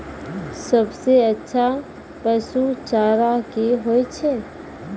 सबसे अच्छा पसु चारा की होय छै?